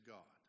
God